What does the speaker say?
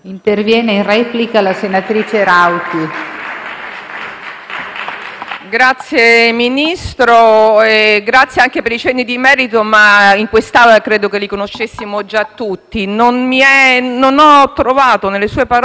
Signor Ministro, grazie anche per i cenni di merito, ma in quest'Aula credo che li conoscessimo già tutti. Non ho trovato nelle sue parole, però, quale sia la sua posizione personale. Conosco quella che lei aveva espresso